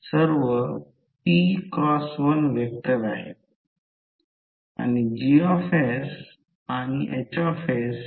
प्रथम हे दिसेल की कॉइल 1 ही 1 अँपिअर करंटने एक्ससाईट केली आहे